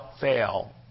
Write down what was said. fail